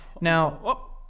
Now